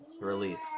release